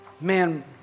man